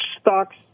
stocks –